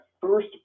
first